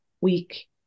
week